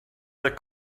that